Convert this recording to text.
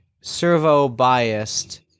servo-biased